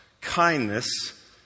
kindness